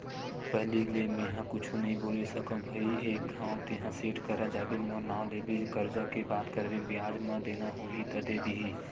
पहिली ले मेंहा कुछु नइ बोले सकव भई एक घांव तेंहा सेठ करा जाबे मोर नांव लेबे करजा के बात करबे बियाज म देना होही त दे दिही